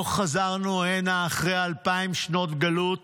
לא חזרנו הנה אחרי אלפיים שנות גלות